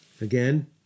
Again